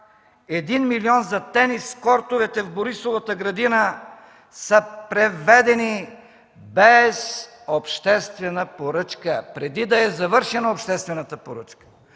– 1 милион за тенис-кортовете в Борисовата градина са преведени без обществена поръчка, преди да е завършена обществената поръчка.